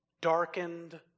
Darkened